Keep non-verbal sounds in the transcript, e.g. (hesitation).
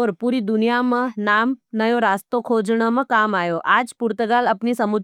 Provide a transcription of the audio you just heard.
और पूरी दुनिया में नाम, नयो रास्तो खोजन में काम आयो। आज पूर्तगाल अपनी। (hesitation)